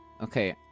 Okay